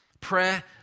prayer